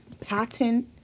Patent